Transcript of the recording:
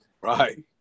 Right